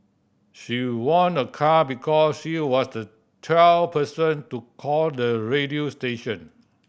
she won a car because she was the twelfth person to call the radio station